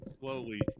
slowly